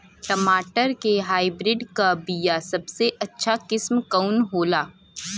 टमाटर के हाइब्रिड क बीया सबसे अच्छा किस्म कवन होला?